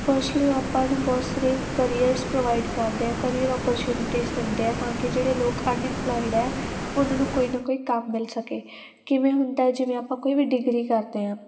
firstly ਉਹ ਆਪਾਂ ਨੂੰ ਬਹੁਤ ਸਾਰੇ ਕਰੀਅਰਸ ਪ੍ਰੋਵਾਈਡ ਕਰਦੇ ਆ ਕਰੀਅਰ ਓਪਰਚੁਨਿਟੀਸ ਦਿੰਦੇ ਆ ਤਾਂ ਕਿ ਜਿਹੜੇ ਲੋਕ ਅਨਇੰਮਪਲਾਈਡ ਹੈ ਉਹਨਾਂ ਨੂੰ ਕੋਈ ਨਾ ਕੋਈ ਕੰਮ ਮਿਲ ਸਕੇ ਕਿਵੇਂ ਹੁੰਦਾ ਜਿਵੇਂ ਆਪਾਂ ਕੋਈ ਵੀ ਡਿਗਰੀ ਕਰਦੇ ਹਾਂ